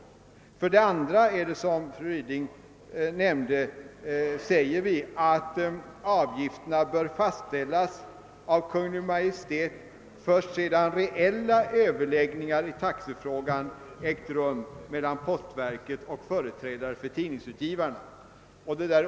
Vad beträffar den andra saken säger vi som fru Ryding nämnde, att avgifterna bör fastställas av Kungl. Maj:t först sedan reella överläggningar i taxefrågan ägt rum mellan postverket och företrädare för tidningsutgivarna.